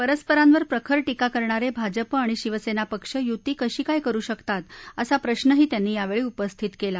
परस्परांवर प्रखर टीका करणार विजप आणि शिवसत्तीपक्ष युती कशी काय करू शकतात असा प्रश्रही त्यांनी यावर्छी उपस्थित कळी